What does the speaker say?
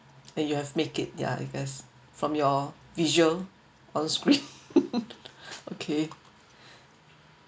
and you have make it ya I guess from your visual on script okay